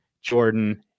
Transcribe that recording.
Jordan